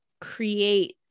create